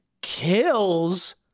kills